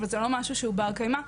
אבל זה לא משהו שהוא בר קיימא.